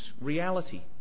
reality